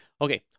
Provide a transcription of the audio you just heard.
Okay